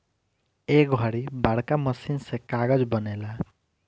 ए घड़ी बड़का मशीन से कागज़ बनेला